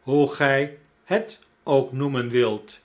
hoe gii het ook noemen wilt